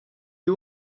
you